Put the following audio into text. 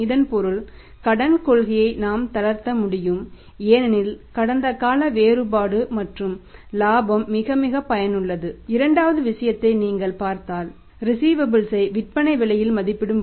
அதேசமயம் ரிஸீவபல்ஸ் ஆகும்